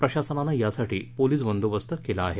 प्रशासनानं यासाठी पोलिस बंदोबस्त केला आहे